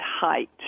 height